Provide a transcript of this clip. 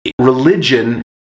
religion